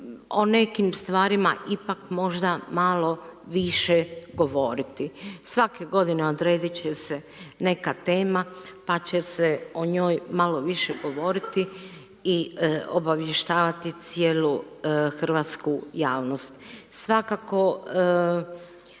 o nekim stvarima ipak možda malo više govoriti. Svake godine odrediti će se neka tema, pa će se o njoj malo više govoriti, i obavještavati cijelu hrvatsku javnost. Svakako